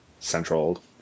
Central